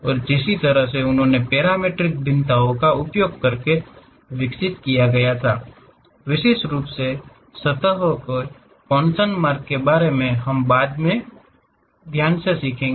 और जिस तरह से उन्होंने पैरामीट्रिक भिन्नताओं का उपयोग करके विकसित किया विशेष रूप से सतहों के कॉन्सन मार्ग के बारे मे हम बाद के वर्गों में सीखेंगे